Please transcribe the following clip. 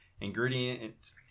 Ingredient